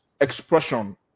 expression